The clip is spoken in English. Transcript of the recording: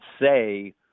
say